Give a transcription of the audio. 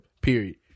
period